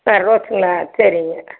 ஆ ரோஸுங்களா சரிங்க